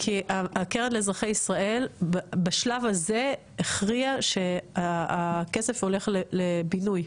כי הקרן לאזרחי ישראל הכריעה ש הכסף הולך לבינוי.